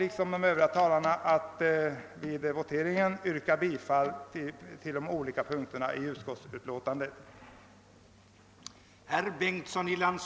Med det anförda ber jag att få yrka bifall till bankoutskottets förslag under punkten 1 i utskottets utlåtande nr